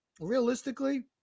realistically